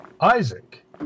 Isaac